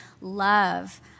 love